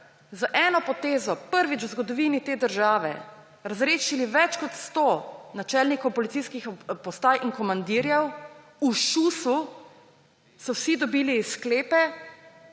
z eno potezo prvič v zgodovini te države razrešili več kot 100 načelnikov policijskih postaj in komandirjev – v šusu so vsi dobili sklepe,